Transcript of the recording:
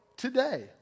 today